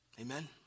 Amen